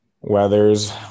Weathers, –